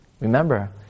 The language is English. Remember